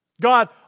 God